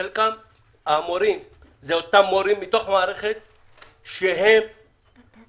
חלק מהמורים הם אותם מורים שהם עובדי